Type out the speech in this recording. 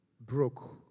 broke